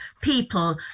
people